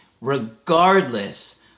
regardless